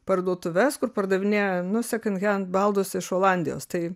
parduotuves kur pardavinėja nu seken hend baldus iš olandijos tai